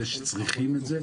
אלה שצריכים את זה,